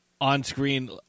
on-screen